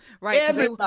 Right